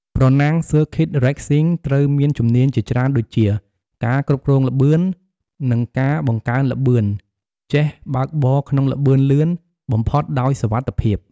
ប្រណាំង ស៊ើរឃីត រេសស៊ីង (Circuit Racing) ត្រូវមានជំនាញជាច្រើនដូចជា ការគ្រប់គ្រងល្បឿន និងការបង្កើនល្បឿន: ចេះបើកបរក្នុងល្បឿនលឿនបំផុតដោយសុវត្ថិភាព។